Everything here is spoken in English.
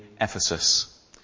Ephesus